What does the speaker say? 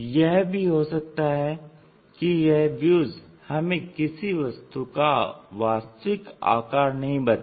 यह भी हो सकता है कि यह व्यूज हमें किसी वस्तु का वास्तविक आकार नहीं बताएं